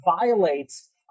violates